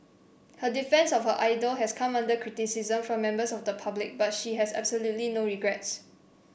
her defence of her idol has come under criticism from members of the public but she has absolutely no regrets